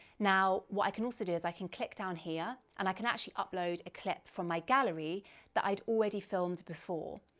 now, what i can also do is i can click down here, and i can actually upload a clip from my gallery that i'd already filmed before.